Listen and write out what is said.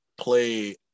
play